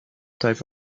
type